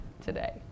today